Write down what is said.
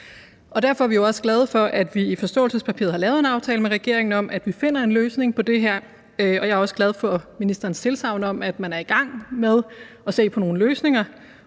Derfor er vi jo også glade for, at vi i forståelsespapiret har lavet en aftale med regeringen om, at vi finder en løsning på det her. Jeg er også glad for ministerens tilsagn om, at man er i gang med at se på nogle løsninger